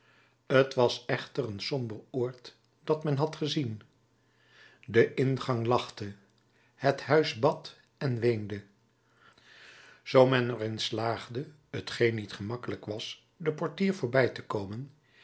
t was echter een somber oord dat men had gezien de ingang lachte het huis bad en weende zoo men er in slaagde t geen niet gemakkelijk was den portier voorbij te komen iets